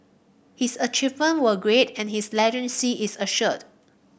his achievement were great and his legacy is assured